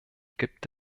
gibt